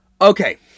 Okay